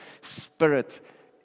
spirit